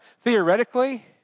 Theoretically